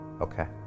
Okay